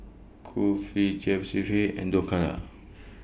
Kulfi and Dhokla